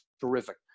terrific